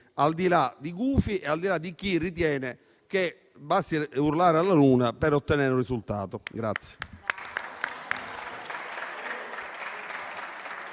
al di là dei gufi e al di là di chi ritiene che basti urlare alla luna per ottenere un risultato.